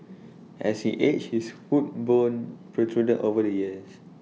as he aged his foot bone protruded over the years